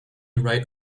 right